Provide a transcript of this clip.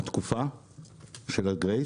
התקופה של הגרייס.